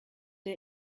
der